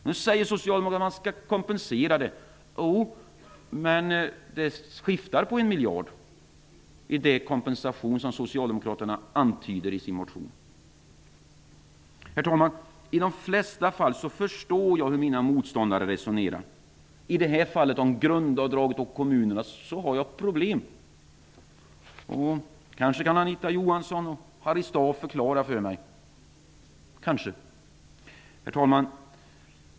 Nu säger Socialdemokraterna att man skall kompensera här. Jo, men skillnaden är 1 miljard när det gäller den kompensation som Socialdemokraterna antyder i sin motion. I de flesta fall förstår jag hur mina motståndare resonerar. I fallet med grundavdraget och kommunerna har jag problem. Kanske kan Anita Johansson och Harry Staaf förklara för mig. Herr talman!